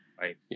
Right